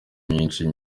myinshi